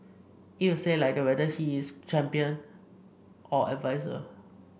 it will stay like that whether he is or adviser